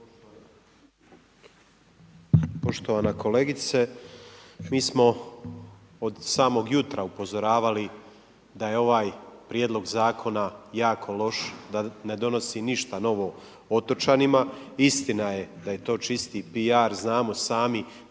Poštovana kolegice, mi smo od samog jutra upozoravali da je ovaj prijedlog zakona jako loš, da ne donosi ništa novo otočanima. Istina je da je to čisti PR, znamo sami